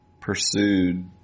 pursued